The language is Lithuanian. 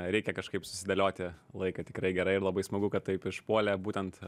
reikia kažkaip susidėlioti laiką tikrai gerai ir labai smagu kad taip išpuolė būtent